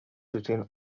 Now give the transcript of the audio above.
between